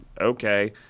okay